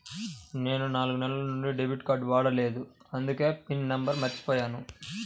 నేను నాలుగు నెలల నుంచి డెబిట్ కార్డ్ వాడలేదు అందుకే పిన్ నంబర్ను మర్చిపోయాను